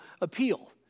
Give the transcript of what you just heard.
appeal